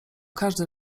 każdy